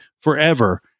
forever